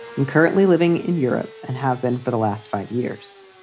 i'm currently living in europe and have been for the last five years,